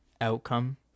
outcome